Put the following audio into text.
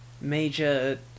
major